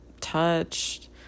touched